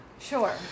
Sure